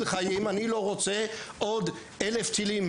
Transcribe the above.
אני לא רוצה שהמחבלים בעזה יירו עוד 1000 טילים